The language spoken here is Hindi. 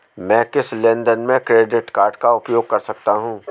मैं किस लेनदेन में क्रेडिट कार्ड का उपयोग कर सकता हूं?